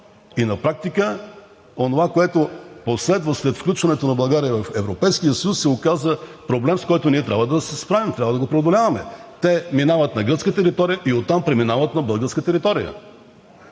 На практика онова, което последва след включването на България в Европейския съюз, се оказа проблем, с който ние трябва да се справим и трябва да преодоляваме – те минават на гръцка територия и оттам преминават на българска територия.